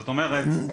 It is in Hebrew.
זאת אומרת,